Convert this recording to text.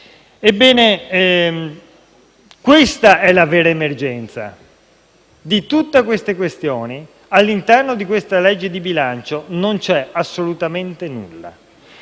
Ebbene, questa è la vera emergenza. Di tutte queste questioni all'interno di questa legge di bilancio non c'è assolutamente nulla.